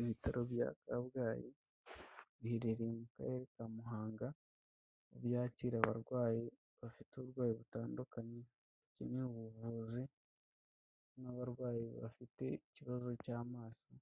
Ibitaro bya kabgayi biherereye mu karere ka Muhanga byakira abarwayi bafite uburwayi butandukanye bakeneye ubuvuzi n'abarwayi bafite ikibazo cy'amazi